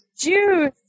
Juice